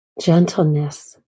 gentleness